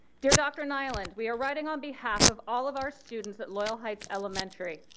dear dr. nyland, we are writing on behalf of all of our students at loyal heights elementary.